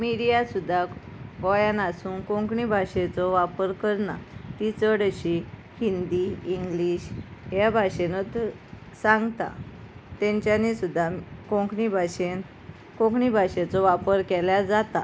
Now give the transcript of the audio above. media सुद्दा गोंयान आसून कोंकणी भाशेचो वापर करना ती चड अशी हिंदी इंग्लीश ह्या भाशेनच सांगता तांच्यांनी सुद्दा कोंकणी भाशेन कोंकणी भाशेचो वापर केल्यार जाता